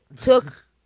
took